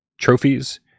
trophies